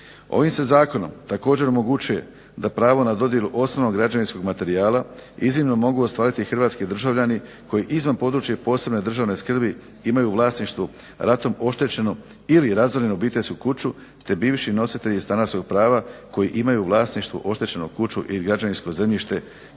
Ovim se zakonom također omogućuje da pravo na dodjelu osnovnog građevinskog materijala iznimno mogu ostvariti hrvatski državljani koji izvan područja posebne državne skrbi imaju u vlasništvu ratom oštećenu ili razorenu obiteljsku kuću te bivši nositelji stanarskog prava kojima imaju u vlasništvu oštećenu kuću i građevinsko zemljište